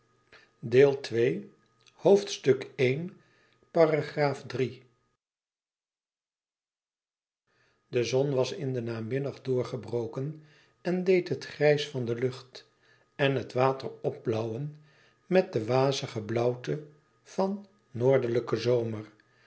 de zon was in den namiddag doorgebroken en deed het grijs van de lucht en het water opblauwen met de wazige blauwte van noordelijken zomer